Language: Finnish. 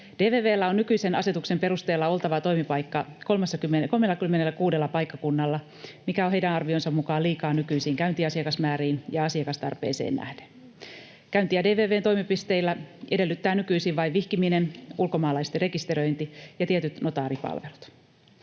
on nykyisen asetuksen perusteella oltava toimipaikka 36 paikkakunnalla, mikä on heidän arvionsa mukaan liikaa nykyisiin käyntiasiakasmääriin ja asiakastarpeeseen nähden. Käyntiä DVV:n toimipisteillä edellyttävät nykyisin vain vihkiminen, ulkomaalaisten rekisteröinti ja tietyt notaaripalvelut.